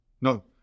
No